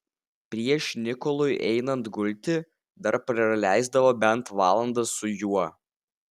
prieš nikolui einant gulti dar praleisdavo bent valandą su juo